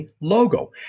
logo